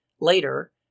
later